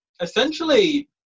essentially